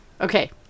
Okay